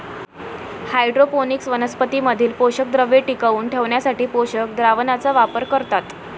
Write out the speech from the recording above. hydroponics वनस्पतीं मधील पोषकद्रव्ये टिकवून ठेवण्यासाठी पोषक द्रावणाचा वापर करतात